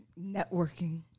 Networking